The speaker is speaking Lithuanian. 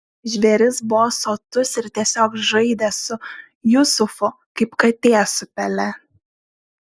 žvėris buvo sotus ir tiesiog žaidė su jusufu kaip katė su pele